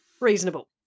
reasonable